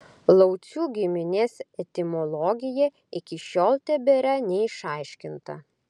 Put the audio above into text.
laucių giminės etimologija iki šiol tebėra neišaiškinta